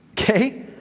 Okay